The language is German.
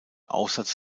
aufsatz